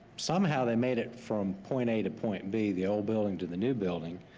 somehow they made it from point a to point b, the old building to the new building.